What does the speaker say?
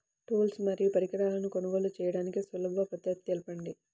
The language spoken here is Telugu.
టూల్స్ మరియు పరికరాలను కొనుగోలు చేయడానికి సులభ పద్దతి తెలపండి?